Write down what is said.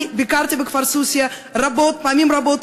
ביקרתי בכפר סוסיא פעמים רבות,